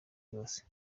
bose